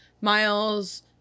Miles